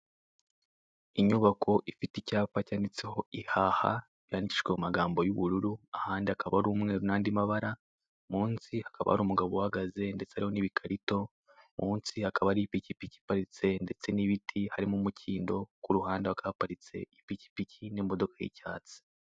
Inyubako ifite icyapa cyanditseho ''ihaha'', byandikishijwe amagambo y'ubururu, ahandi hakaba ari umweru n'andi mabara; munsi hakaba hari ipikipiki iparitse ndetse n'ibiti harimo imikindo; ku ruhande hakaba haparitse ipikipiki ndetse n'imodoka y'icyatsi.